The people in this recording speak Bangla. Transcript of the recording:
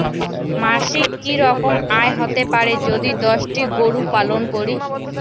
মাসিক কি রকম আয় হতে পারে যদি দশটি গরু পালন করি?